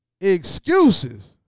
excuses